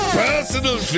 personal